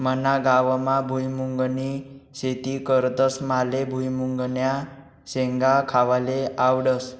मना गावमा भुईमुंगनी शेती करतस माले भुईमुंगन्या शेंगा खावाले आवडस